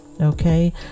okay